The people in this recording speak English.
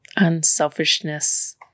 unselfishness